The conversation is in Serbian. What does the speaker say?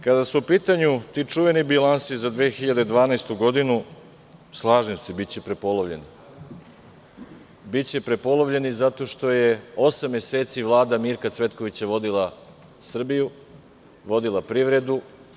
Kada su u pitanju ti čuveni bilansi za 2012. godinu, slažem se, biće prepolovljeni, zato što je osam meseci Vlada Mirka Cvetkovića vodila Srbiju, vodila privredu.